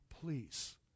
Please